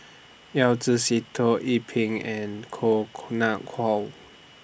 Yao Zi Sitoh Yih Pin and Koh Nguang How